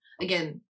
Again